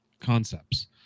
concepts